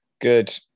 good